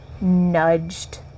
nudged